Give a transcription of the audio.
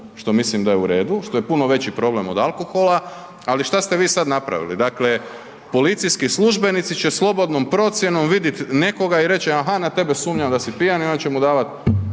što mislim da je u redu, što je puno veći problem od alkohola, ali šta ste vi sad napravili, dakle policijski službenici će slobodnom procijenom vidit nekoga i reć aha na tebe sumnjam da si pijan i onda će mu davat,